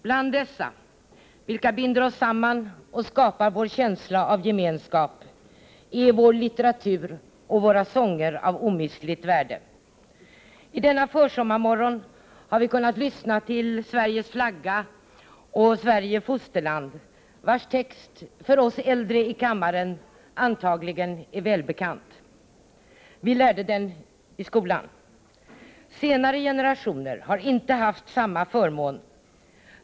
Bland dessa, vilka binder oss samman och skapar känsla av gemenskap, är vår litteratur och våra sånger av omistligt värde. I denna försommarmorgon har vi kunnat lyssna till Sveriges flagga och Sverige fosterland, vilkas text för oss äldre i kammaren antagligen är välbekant. Vi lärde dem i skolan. Senare generationer har inte haft samma förmån.